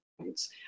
points